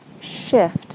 shift